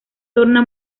torna